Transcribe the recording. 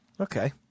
Okay